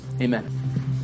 Amen